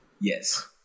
Yes